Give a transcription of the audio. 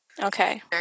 Okay